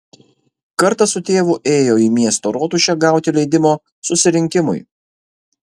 kartą su tėvu ėjo į miesto rotušę gauti leidimo susirinkimui